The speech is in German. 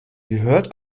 gehört